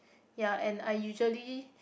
ya and I usually